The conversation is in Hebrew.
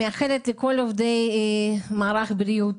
עובדי מערך הבריאות,